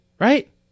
Right